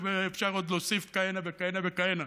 ואפשר עוד להוסיף כהנה וכהנה וכהנה.